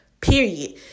Period